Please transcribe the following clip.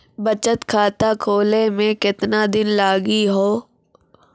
बचत खाता खोले मे केतना दिन लागि हो?